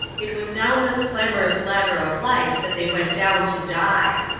it was down this clamorous ladder of life that they went down to die.